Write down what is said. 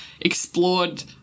explored